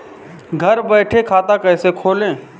घर बैठे खाता कैसे खोलें?